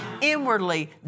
Inwardly